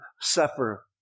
suffer